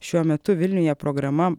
šiuo metu vilniuje programa